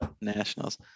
Nationals